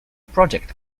project